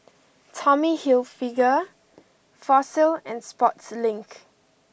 Tommy Hilfiger Fossil and Sportslink